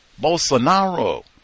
bolsonaro